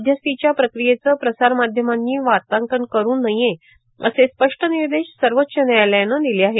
मध्यस्थीच्या प्रक्रियेचं प्रसारमाध्यमांनी वार्तांकन करू नये असे स्पष्ट निर्देश सर्वोच्च व्यायालयानं दिले आहेत